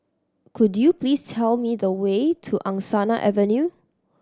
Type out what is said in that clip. could you please tell me the way to Angsana Avenue